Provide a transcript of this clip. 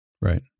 Right